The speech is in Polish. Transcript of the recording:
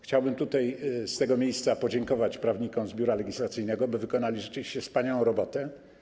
Chciałbym z tego miejsca podziękować prawnikom z Biura Legislacyjnego, bo wykonali rzeczywiście wspaniałą robotę.